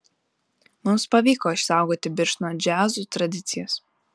mums pavyko išsaugoti birštono džiazų tradicijas